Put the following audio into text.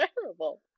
terrible